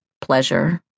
pleasure